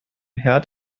herd